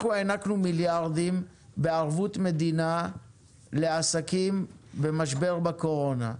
אנחנו הענקנו מיליארדים בערבות מדינה לעסקים במשבר בקורונה.